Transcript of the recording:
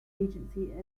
agency